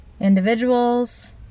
Individuals